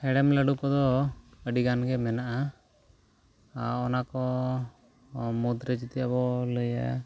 ᱦᱮᱲᱮᱢ ᱞᱟᱹᱰᱩ ᱠᱚᱫᱚ ᱟᱹᱰᱤᱜᱟᱱ ᱜᱮ ᱢᱮᱱᱟᱜᱼᱟ ᱚᱱᱟᱠᱚ ᱢᱩᱫᱽ ᱨᱮ ᱡᱩᱫᱤ ᱟᱵᱚ ᱵᱚᱱ ᱞᱟᱹᱭᱟ